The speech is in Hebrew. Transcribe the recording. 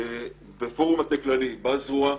בפורום מטה כלי ובזרוע.